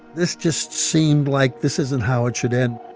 this just seemed like this isn't how it should end